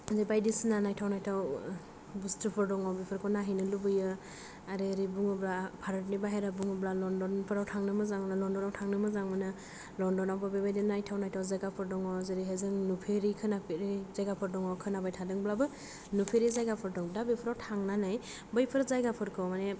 बायदिसिना नायथाव नायथाव बुस्थुफोर दं' बेफोरखौ नायहैनो लुबैयो आर ओरै बुङोब्ला भारतनि बायह्रायाव बुङोब्ला लण्डनाफ्राव थांनो मोजां मोनो लण्डनाव थांनो मोजां मोनो लण्डनावबो बे बायदिनो नायथाव नायथाव जायगाफोर दङ' जेरैहाय जों नुफेरै खोनाफेरै जायगाफोर दङ खोनबाय थादोंब्लबो नुफेरै जायगाफोर दं दा बे फोराव थांनानै बैफोर जायगाफोरखौ माने